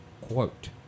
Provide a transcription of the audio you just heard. Quote